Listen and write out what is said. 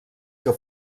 que